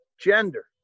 gender